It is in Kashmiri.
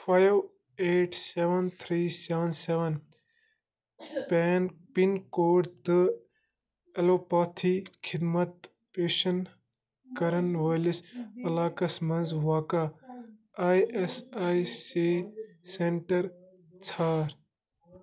five eight seven three seven seven pin pin code تہٕ ایٚلوپیتھی خٔدمت پیشن کَرن وٲلِس علاقس مَنٛز واقع I S I C centre ژھار